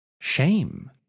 shame